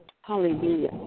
Hallelujah